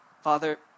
Father